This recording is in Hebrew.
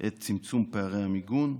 את צמצום פערי המיגון.